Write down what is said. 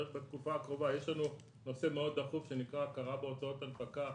יש לנו נושא מאוד דחוף שנקרא הכרה בהוצאות הנפקה,